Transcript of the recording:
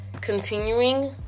continuing